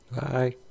Bye